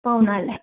पाहुनाहरूलाई